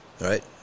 Right